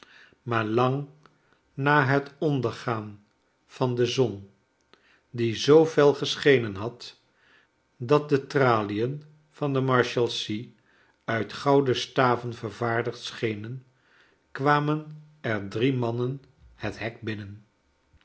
maar lang na het ondergaan van de zon die zoo fel geschenen had dat de tralien van de marshals ea uit gouden staven vervaardigd schenen kwamen er drie mannen het hek binnen